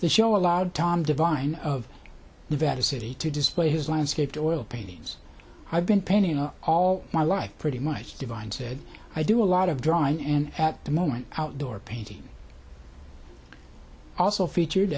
the show allowed tom divine of nevada city to display his landscape to oil paintings i've been painting all my life pretty much divine said i do a lot of drawing and at the moment outdoor painting also featured